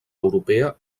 europea